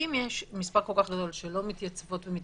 ואם יש מספר כל כך גדול של לא מתייצבות ומתייצבים,